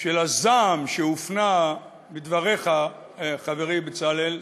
של הזעם שהופנה בדבריך, חברי בצלאל,